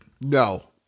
no